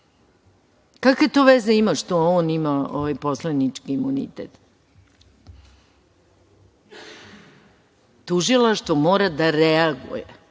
Kakve to veze ima što on im poslanički imunitet? Tužilaštvo mora da reaguje.